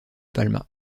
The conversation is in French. palma